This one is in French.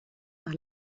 par